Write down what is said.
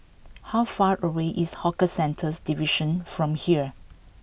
how far away is Hawker Centres Division from here